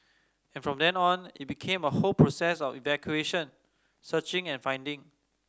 and from then on it became a whole process of excavation searching and finding